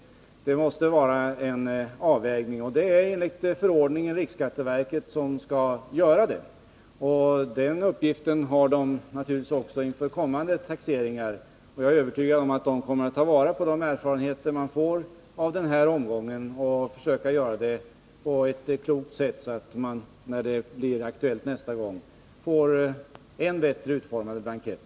Det måste göras en avvägning, och enligt förordningen är det riksskatteverket som skall göra den. Den uppgiften har verket naturligtvis också inför kommande taxeringar, och jag är övertygad om att man där kommer att ta vara på de erfarenheter man får i denna omgång, och göra det på ett klokt sätt, så att blanketterna blir än bättre utformade nästa gång det är aktuellt.